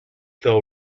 they’ll